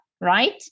right